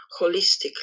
holistically